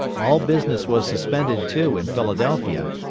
all business was suspended, too, in philadelphia,